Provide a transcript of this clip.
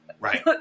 Right